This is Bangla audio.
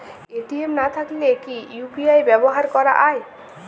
এ.টি.এম কার্ড না থাকলে কি ইউ.পি.আই ব্যবহার করা য়ায়?